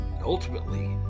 Ultimately